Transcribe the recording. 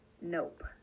Nope